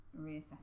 reassess